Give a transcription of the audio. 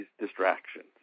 distractions